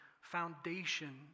foundation